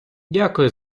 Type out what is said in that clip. дякую